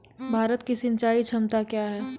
भारत की सिंचाई क्षमता क्या हैं?